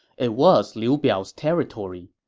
it was liu biao's territory.